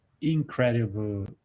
Incredible